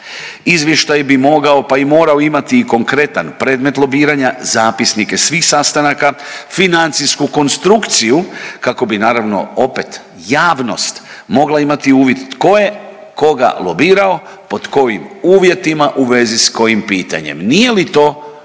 Izvještaj bi mogao pa i morao imati i konkretan predmet lobiranja, zapisnike svih sastanaka, financijsku konstrukciju kako bi naravno opet javnost mogla imati uvid tko je koga lobirao, pod kojim uvjetima, u vezi sa kojim pitanjem. Nije li to pravo